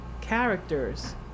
characters